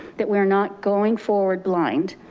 that we're not going forward blind.